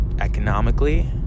economically